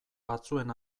batzuen